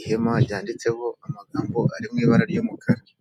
ihema ryanditseho amagambo ari mu ibara ry'umukara.